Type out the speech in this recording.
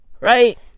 Right